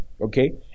okay